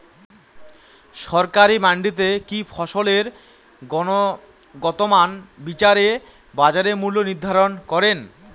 সরকারি মান্ডিতে কি ফসলের গুনগতমান বিচারে বাজার মূল্য নির্ধারণ করেন?